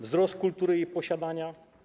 Wzrost kultury jej posiadania.